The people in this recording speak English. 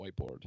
whiteboard